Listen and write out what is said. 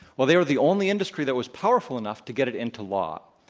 well, they were the only industry that was powerful enough to get it into law.